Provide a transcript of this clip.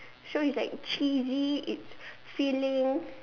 so it's like cheesy it's filling